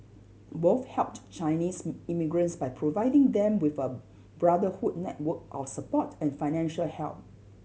both helped Chinese immigrants by providing them with a brotherhood network of support and financial help